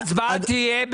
זה די תואם.